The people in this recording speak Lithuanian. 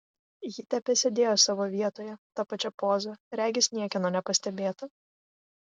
ji tebesėdėjo savo vietoje ta pačia poza regis niekieno nepastebėta